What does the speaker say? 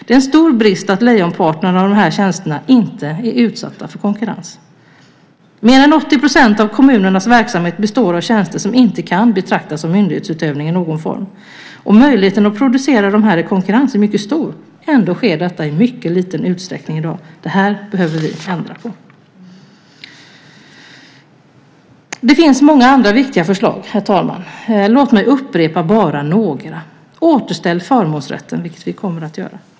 Det är en stor brist att lejonparten av de här tjänsterna inte är utsatta för konkurrens. Mer än 80 % av kommunernas verksamhet består av tjänster som inte kan betraktas som myndighetsutövning i någon form. Möjligheten att producera de tjänsterna i konkurrens är mycket stor. Ändå sker detta i mycket liten utsträckning i dag. Det här behöver vi ändra på. Det finns många andra viktiga förslag, herr talman. Låt mig upprepa några. Återställ förmånsrätten - vilket vi kommer att göra.